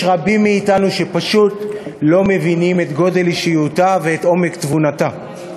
יש רבים מאתנו שפשוט לא מבינים את גודל אישיותה ואת עומק תבונתה.